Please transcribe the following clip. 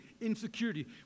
insecurity